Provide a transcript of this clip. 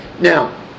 Now